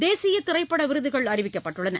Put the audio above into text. தேசிய திரைப்பட விருதுகள் அறிவிக்கப்பட்டுள்ளன